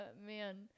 man